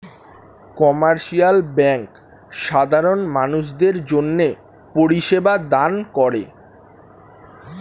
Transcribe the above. commercial bank সাধারণ মানুষদের জন্যে পরিষেবা দান করে